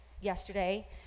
yesterday